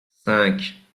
cinq